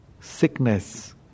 sickness